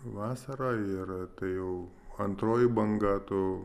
vasarą ir tai jau antroji banga tų